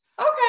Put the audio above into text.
Okay